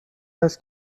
است